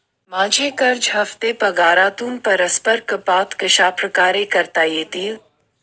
माझे कर्ज हफ्ते पगारातून परस्पर कपात कशाप्रकारे करता येतील?